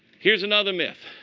here's another myth